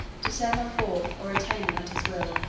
to send them forth or retain them at his will.